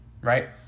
right